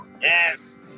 Yes